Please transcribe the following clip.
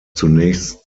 zunächst